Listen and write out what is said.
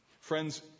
Friends